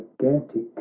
gigantic